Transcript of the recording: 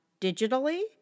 digitally